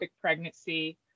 pregnancy